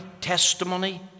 testimony